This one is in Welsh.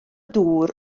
dŵr